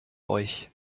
euch